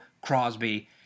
Crosby